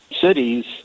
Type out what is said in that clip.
cities